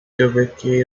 dubuque